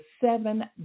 seven